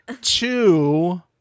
Two